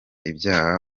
iby’aya